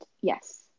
yes